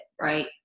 right